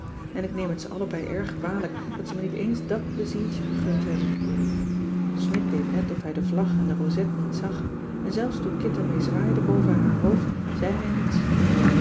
en ik neem het ze allebei erg kwalijk dat ze me niet eens dat pleziertje gegund hebben smidt deed net of hij de vlag en de roset niet zag en zelfs toen kit er mee zwaaide boven haar hoofd zei hij niets